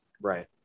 Right